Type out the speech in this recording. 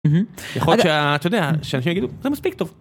יכול להיות שאתה יודע, שאנשים יגידו זה מספיק טוב